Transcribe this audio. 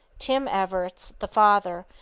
tom everetts, the father,